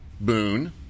Boone